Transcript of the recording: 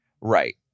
Right